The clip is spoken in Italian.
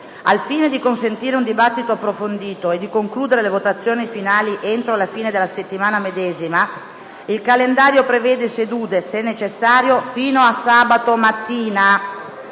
Al fine di consentire un dibattito approfondito e di concludere le votazioni finali entro la fine della settimana medesima, il calendario prevede sedute, se necessario, fino a sabato mattina.